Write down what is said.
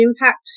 impact